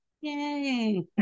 yay